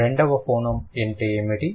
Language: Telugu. m రెండవ ఫోన్మే అంటే ఏమిటి